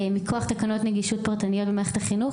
מכוח תקנות נגישות פרטניות במערכת החינוך,